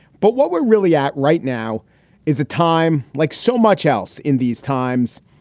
but what we're really at right now is a time like so much else in these times,